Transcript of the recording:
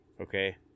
okay